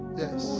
yes